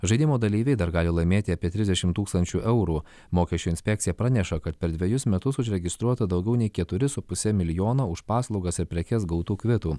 žaidimo dalyviai dar gali laimėti apie trisdešim tūkstančių eurų mokesčių inspekcija praneša kad per dvejus metus užregistruota daugiau nei keturi su puse milijono už paslaugas ir prekes gautų kvitų